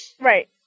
Right